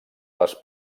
les